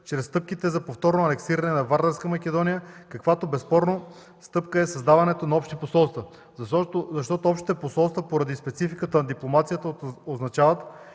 чрез стъпките за повторно анексиране на Вардарска Македония, каквато безспорна стъпка е създаването на общи посолства, защото поради спецификата на дипломацията те означават